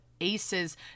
Aces